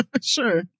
Sure